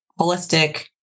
holistic